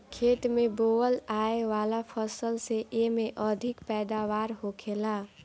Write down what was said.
खेत में बोअल आए वाला फसल से एमे अधिक पैदावार होखेला